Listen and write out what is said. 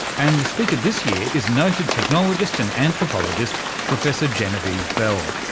and the speaker this year is noted technologist and anthropologist professor genevieve bell.